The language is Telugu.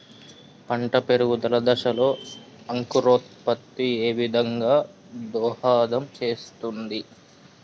పంట పెరుగుదల దశలో అంకురోత్ఫత్తి ఏ విధంగా దోహదం చేస్తుంది?